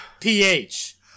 Ph